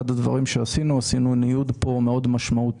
אחד הדברים שעשינו הוא ניוד מאוד משמעותי.